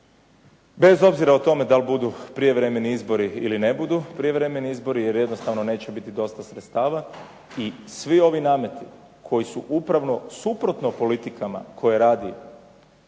bez obzira o tome da li budu prijevremeni izbori ili ne budu prijevremeni izbori, jer jednostavno neće biti dosta sredstava i svi oni nameti koji su upravo suprotno politikama koje radi